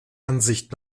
ansicht